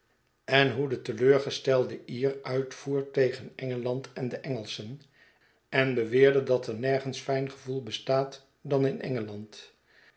en hoe de teleurgestelde ier uitvoer tegen engeland en de engelschen en beweerde dat er nergens fijn ge voel bestaat dan in